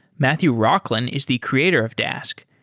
matthew rocklin is the creator of dask.